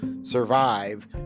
survive